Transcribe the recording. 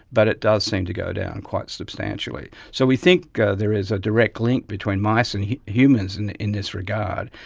but it does seem to go down quite substantially. so we think there is a direct link between mice and humans in in this regard.